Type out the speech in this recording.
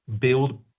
build